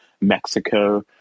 Mexico